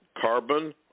carbon